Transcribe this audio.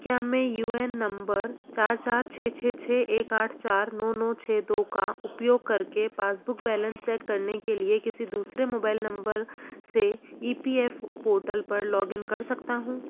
क्या मैं U N number चार चार छः छः एक आठ चार नौ नौ छः दो का उपयोग करके पासबुक बैलेन्स सेक करने के लिए किसी दूसरे मोबाइल नम्बर से E P F O portal पर लॉग इन कर सकता हूँ